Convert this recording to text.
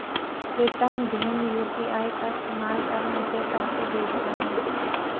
प्रीतम भीम यू.पी.आई का इस्तेमाल कर मुझे पैसे भेजता है